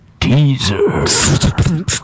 Teaser